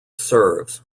serves